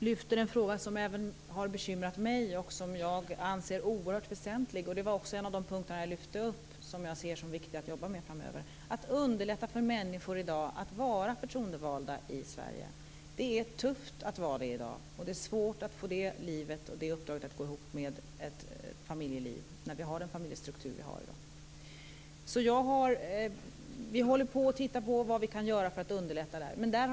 Fru talman! Rigmor Ahlstedt lyfter fram en fråga som även har bekymrat mig, och som jag ser som oerhört väsentlig. Det var också en av de punkter jag tog upp som viktig att jobba med framöver. Det gäller att underlätta för människor att vara förtroendevalda i Sverige i dag. Det är tufft att vara det i dag. Det är svårt att få uppdraget att gå ihop med ett familjeliv när vi har den familjestruktur vi har i dag. Vi håller alltså på att titta på vad vi kan göra för att underlätta det här.